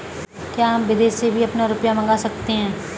क्या हम विदेश से भी अपना रुपया मंगा सकते हैं?